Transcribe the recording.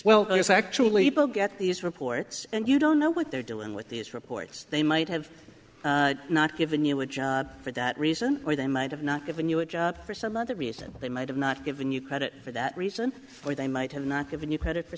it's actually both get these reports and you don't know what they're doing with these reports they might have not given you a job for that reason or they might have not given you a job or some other reason they might have not given you credit for that reason or they might have not given you credit for